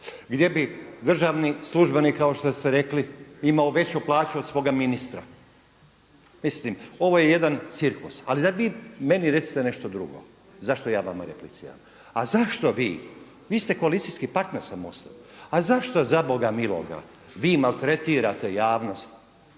gdje bi državni službenik kao što ste rekli imao veću plaću od svoga ministra. Mislim ovo je jedan cirkus, ali daj vi meni recite nešto drugo zašto ja vama repliciram, a zašto vi, vi ste koalicijski partner s MOST-om, a zašto zaboga miloga vi maltretirate javnost